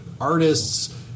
artists